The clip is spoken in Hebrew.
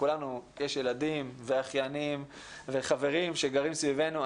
לכולנו יש ילדים ואחיינים וחברים שגרים סביבנו.